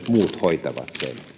muut hoitavat sen